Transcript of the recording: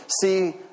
see